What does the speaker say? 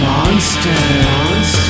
Monsters